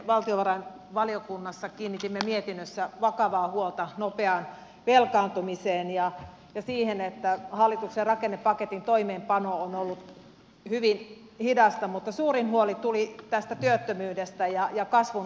me valtiovarainvaliokunnassa kiinnitimme mietinnössä vakavaa huolta nopeaan velkaantumiseen ja siihen että hallituksen rakennepaketin toimeenpano on ollut hyvin hidasta mutta suurin huoli tuli tästä työttömyydestä ja kasvun hitaudesta